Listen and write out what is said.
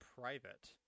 private